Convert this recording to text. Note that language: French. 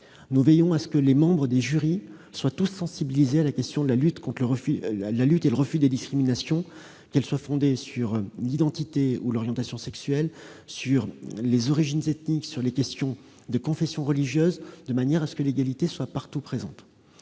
Nous veillons à ce que les membres des jurys soient tous sensibilisés à la question du refus des discriminations, qu'elles soient fondées sur l'identité ou l'orientation sexuelle, sur les origines ethniques, sur la confession religieuse, de manière que l'égalité soit partout présente.